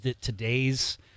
today's